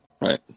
Right